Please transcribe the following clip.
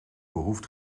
behoeft